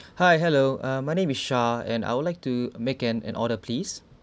hi hello uh my name is Shah and I would like to make an an order please